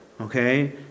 okay